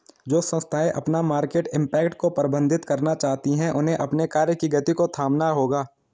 जो संस्थाएं अपना मार्केट इम्पैक्ट को प्रबंधित करना चाहती हैं उन्हें अपने कार्य की गति को थामना होगा